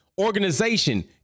organization